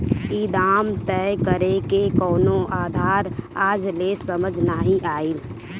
ई दाम तय करेके कवनो आधार आज ले समझ नाइ आइल